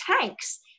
tanks